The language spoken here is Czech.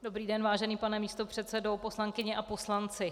Dobrý den, vážený pane místopředsedo, poslankyně a poslanci.